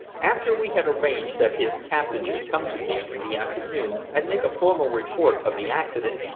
after we had arranged that his captain should come to me in the afternoon and make a formal report of the accident,